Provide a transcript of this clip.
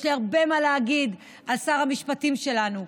יש לי הרבה מה להגיד על שר המשפטים שלנו,